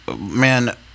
Man